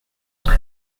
your